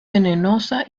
venenosa